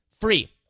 free